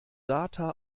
data